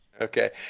Okay